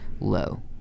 low